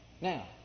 Now